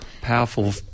powerful